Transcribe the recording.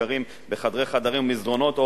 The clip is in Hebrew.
שגרים בחדרי-חדרים ומסדרונות,